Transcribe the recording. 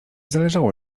zależało